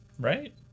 Right